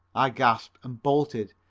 i gasped, and bolted.